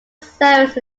service